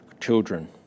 children